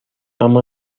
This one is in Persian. اما